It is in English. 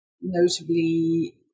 notably